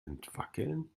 entwackeln